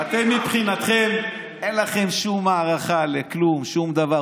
אתם, מבחינתכם, אין לכם שום הערכה לכלום, שום דבר.